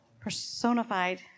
personified